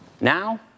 Now